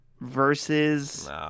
versus